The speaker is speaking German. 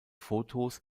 fotos